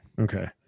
Okay